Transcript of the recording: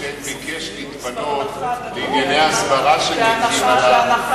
אדלשטיין ביקש להתפנות לענייני הסברה שמטילים עליו,